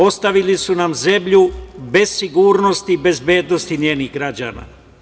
Ostavili su nam zemlju bez sigurnosti i bezbednosti njenih građana.